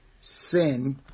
sin